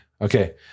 okay